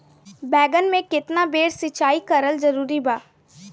बैगन में केतना बेर सिचाई करल जरूरी बा?